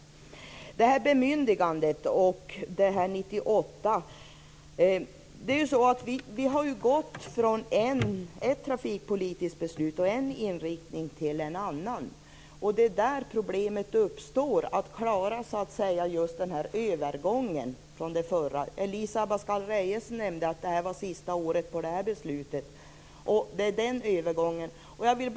När det gäller bemyndigandet och problemen år 1998 är det ju så att vi har gått från ett trafikpolitiskt beslut och en inriktning till en annan. Det är där det uppstår problem: när det gäller att klara övergången från det förra beslutet. Elisa Abascal Reyes nämnde att det här var sista året på det här beslutet, och det är den övergången det gäller.